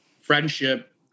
friendship